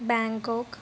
Bangkok